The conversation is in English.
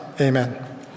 amen